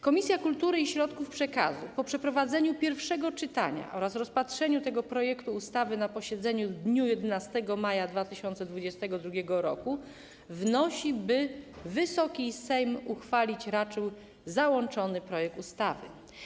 Komisja Kultury i Środków Przekazu po przeprowadzeniu pierwszego czytania oraz rozpatrzeniu tego projektu ustawy na posiedzeniu w dniu 11 maja 2022 r. wnosi, by Wysoki Sejm uchwalić raczył załączony projekt ustawy.